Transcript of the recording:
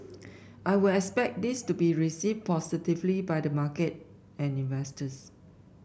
I will expect this to be received positively by the market and investors